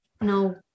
no